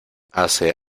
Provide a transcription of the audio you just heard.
hace